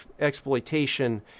exploitation